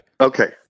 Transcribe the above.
Okay